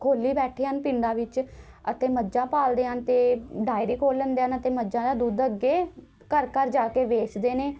ਖੋਲ੍ਹੀ ਬੈਠੇ ਹਨ ਪਿੰਡਾਂ ਵਿੱਚ ਅਤੇ ਮੱਝਾਂ ਪਾਲਦੇ ਹਨ ਅਤੇ ਡੇਅਰੀ ਖੋਲ੍ਹ ਲੈਂਦੇ ਹਨ ਅਤੇ ਮੱਝਾਂ ਦਾ ਦੁੱਧ ਅੱਗੇ ਘਰ ਘਰ ਜਾ ਕੇ ਵੇਚਦੇ ਨੇ